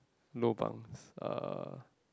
lobangs uh